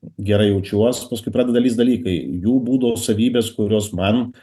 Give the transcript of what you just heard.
gerai jaučiuos paskui pradeda lįst dalykai jų būdo savybės kurios man